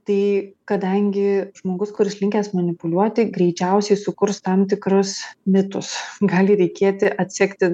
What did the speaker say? tai kadangi žmogus kuris linkęs manipuliuoti greičiausiai sukurs tam tikrus mitus gali reikėti atsekti